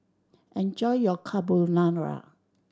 enjoy your Carbonara